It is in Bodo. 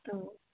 औ